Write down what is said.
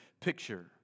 picture